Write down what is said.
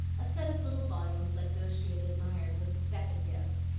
a set of little volumes like those she had admired was the second gift,